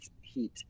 heat